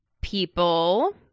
people